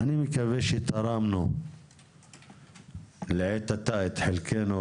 אני מקווה שתרמנו לעת עתה את חלקנו